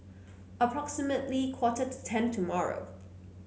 approximately quarter to ten tomorrow